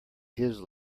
his